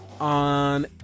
On